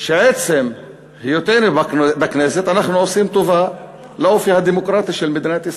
שבעצם היותנו בכנסת אנחנו עושים טובה לאופי הדמוקרטי של מדינת ישראל,